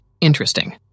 interesting